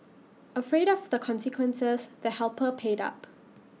afraid of the consequences the helper paid up